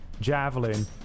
javelin